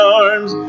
arms